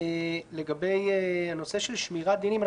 לגבי הנושא של שמירת דינים,